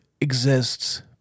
exists